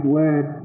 word